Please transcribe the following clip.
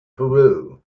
peru